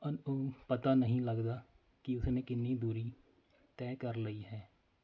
ਅਨ ਪਤਾ ਨਹੀਂ ਲੱਗਦਾ ਕਿ ਉਸਨੇ ਕਿੰਨੀ ਦੂਰੀ ਤੈਅ ਕਰ ਲਈ ਹੈ